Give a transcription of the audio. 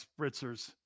spritzers